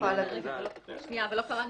לא קראנו